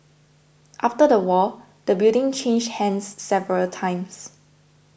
after the war the building changed hands several times